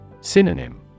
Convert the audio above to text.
Synonym